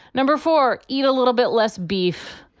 number four, eat a little bit less beef.